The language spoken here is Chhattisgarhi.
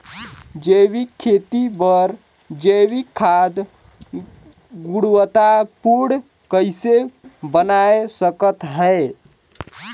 जैविक खेती बर जैविक खाद गुणवत्ता पूर्ण कइसे बनाय सकत हैं?